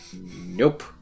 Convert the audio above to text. nope